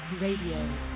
Radio